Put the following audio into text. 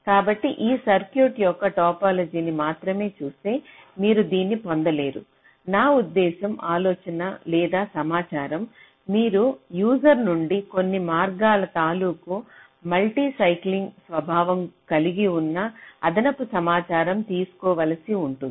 కాబట్టి ఈ సర్క్యూట్ యొక్క టోపోలాజీని మాత్రమే చూస్తే మీరు దీన్ని పొందలేరు నా ఉద్దేశ్యం ఆలోచన లేదా సమాచారం మీరు యూజర్ నుండి కొన్ని మార్గాల తాలూకు మల్టీ సైక్లింగ్ స్వభావం కలిగి ఉన్న అదనపు సమాచారం తెలుసుకోవలసి ఉంటుంది